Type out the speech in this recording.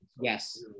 yes